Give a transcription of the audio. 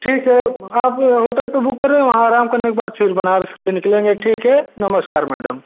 ठीक है आप होटल पर बुक कर रहे हैं वहाँ आराम करने के बाद में फिर बनारस के लिए निकलेंगे ठीक है नमस्कार मैडम